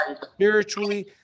spiritually